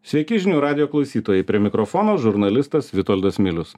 sveiki žinių radijo klausytojai prie mikrofono žurnalistas vitoldas milius